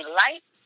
light